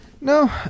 No